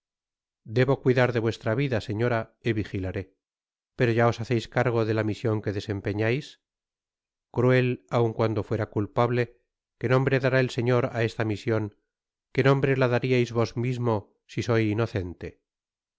debo cuidar de vueslra vida señora y vigilaré pero ya os haceis bien cargo de la mision que desempeñais cruel aun cuando fuera culpable qué nombre dará el señor á esta mision qué nombre la dariais vos mismo si soy inocente